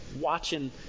watching